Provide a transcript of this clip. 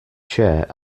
chair